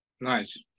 Nice